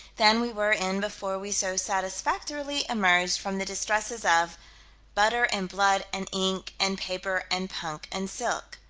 than we were in before we so satisfactorily emerged from the distresses of butter and blood and ink and paper and punk and silk.